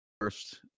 first